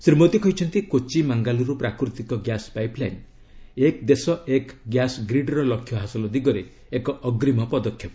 ଶ୍ରୀ ମୋଦୀ କହିଛନ୍ତି କୋଚି ମାଙ୍ଗାଲୁରୁ ପ୍ରାକୃତିକ gas pipeline 'ଏକ୍ ଦେଶ ଏକ୍ ଗ୍ୟାସ୍ ଗ୍ରୀଡ୍'ର ଲକ୍ଷ୍ୟ ହାସଲ ଦିଗରେ ଏକ ଅଗ୍ରୀମ ପଦକ୍ଷେପ